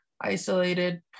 isolated